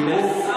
תראו,